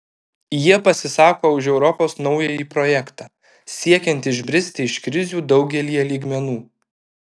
jie pasisako už europos naująjį projektą siekiant išbristi iš krizių daugelyje lygmenų